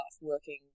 working